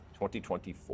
2024